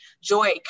joy